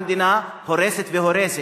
המדינה הורסת והורסת.